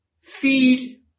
Feed